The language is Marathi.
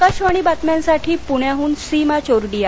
आकाशवाणी बातम्यांसाठी पुण्याहून सीमा चोरडीया